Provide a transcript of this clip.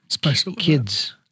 kids